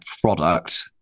product